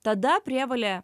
tada prievolė